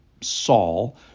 Saul